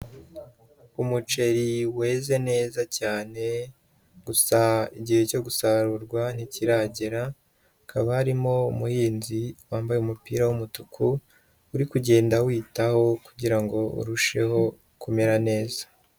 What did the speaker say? Umuceri weze neza cyane, gusa igihe cyo gusarurwa ntikiragera, hakaba harimo umuhinzi wambaye umupira w'umutuku uri kugenda awitaho kugira ngo urusheho kumera neza.